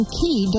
key